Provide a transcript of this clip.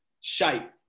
shape